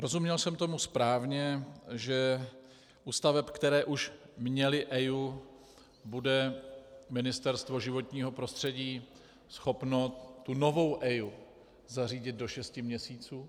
Rozuměl jsem tomu správně, že u staveb, které už měly EIA, bude Ministerstvo životního prostředí schopno tu novou EIA zařídit do šesti měsíců?